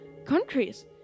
countries